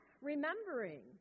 remembering